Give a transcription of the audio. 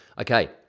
Okay